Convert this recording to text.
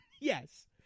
Yes